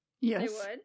Yes